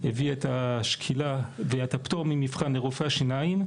הביא את השקילה ואת הפטור ממבחן לרופא השיניים,